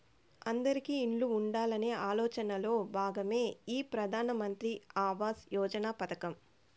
అందిరికీ ఇల్లు ఉండాలనే ఆలోచనలో భాగమే ఈ ప్రధాన్ మంత్రి ఆవాస్ యోజన పథకం